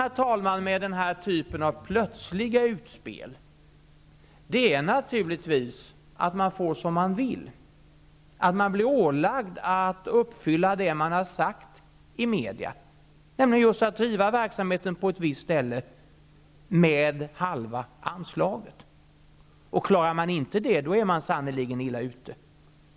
Risken med denna typ av plötsliga utspel är naturligtvis att man får som man vill, att man blir ålagd att uppfylla det man har sagt i media, nämligen att driva verksamheten på ett visst ställe med halva anslaget. Klarar man inte det, är man sannerligen illa ute.